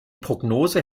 prognose